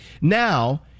Now